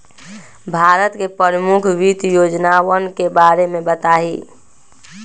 भारत के प्रमुख वित्त योजनावन के बारे में बताहीं